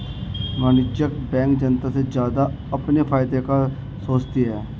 वाणिज्यिक बैंक जनता से ज्यादा अपने फायदे का सोचती है